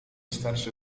starsze